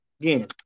again